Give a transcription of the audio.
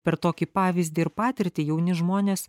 per tokį pavyzdį ir patirtį jauni žmonės